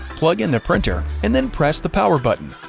plug in the printer, and then press the power button.